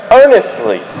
earnestly